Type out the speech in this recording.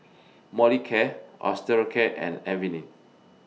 Molicare Osteocare and Avene